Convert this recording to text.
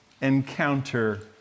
encounter